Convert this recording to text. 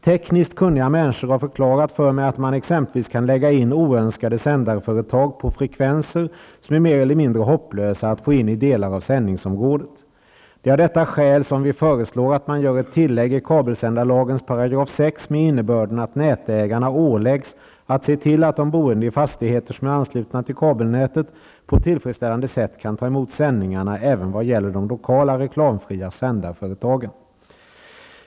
Tekniskt kunniga människor har förklarat för mig att man exempelvis kan lägga in oönskade sändarföretag på frekvenser som är mer eller mindre hopplösa att få in i delar av sändningsområdet. Det är av detta skäl som vi föreslår att man skall göra ett tillägg i kabelsändarlagens § 6 med innebörden att nätägarna åläggs att se till att de boende i fastigheter som är anslutna till kabelnätet på ett tillfredsställande sätt kan ta emot sändningar även vad gäller de lokala reklamfria sändarföretagen.